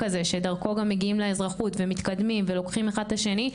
כזה שדרכו גם מגיעים לאזרחות ומתקדמים ולוקחים אחד את השני,